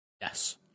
Yes